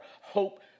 Hope